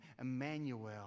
Emmanuel